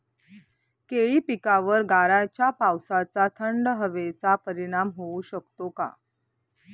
केळी पिकावर गाराच्या पावसाचा, थंड हवेचा परिणाम होऊ शकतो का?